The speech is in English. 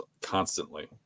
constantly